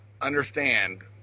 understand